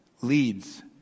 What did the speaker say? leads